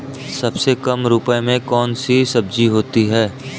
सबसे कम रुपये में कौन सी सब्जी होती है?